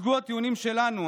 הוצגו הטיעונים שלנו,